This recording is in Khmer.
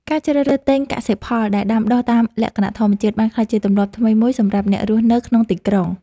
ការជ្រើសរើសទិញកសិផលដែលដាំដុះតាមលក្ខណៈធម្មជាតិបានក្លាយជាទម្លាប់ថ្មីមួយសម្រាប់អ្នករស់នៅក្នុងទីក្រុង។